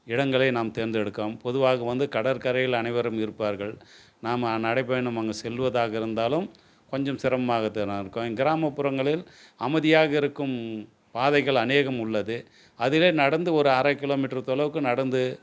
இடங்களை நாம் தேர்ந்தெடுக்குறோம் பொதுவாக வந்து கடற்கரையில அனைவரும் இருப்பார்கள் நாம் நடைபயணம் அங்கே செல்வதாக இருந்தாலும் கொஞ்சம் சிரமமாக தான் இருக்கும் கிராமப்புறங்களில் அமைதியாக இருக்கும் பாதைகள் அனேகம் உள்ளது அதுவே நடந்து ஒரு அரை கிலோ மீட்டர் மீட்டர்தொலைவுக்கு நடந்து